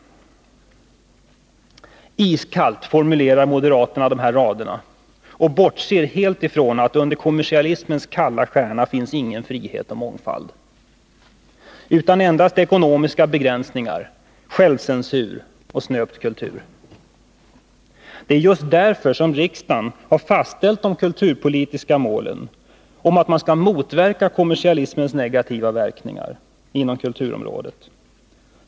Iskallt formulerar moderaterna dessa rader och bortser helt ifrån att det under kommersialismens kalla stjärna inte finns någon frihet och mångfald utan endast ekonomiska begränsningar, självcensur och snöpt kultur. Det är ju just därför som riksdagen har fastställt de kulturpolitiska målen om att man skall motverka kommersialismens negativa verkningar inom kulturområdet.